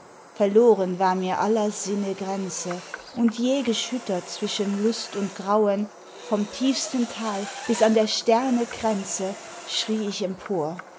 verloren war mir aller sinne grenze und jäh geschüttert zwischen lust und grauen vom tiefsten tal bis an der sterne kränze schrie ich empor